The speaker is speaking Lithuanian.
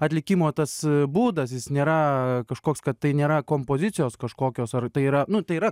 atlikimo tas būdas jis nėra kažkoks kad tai nėra kompozicijos kažkokios ar tai yra nu tai yra